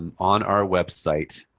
um on our website